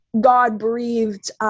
God-breathed